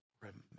Remember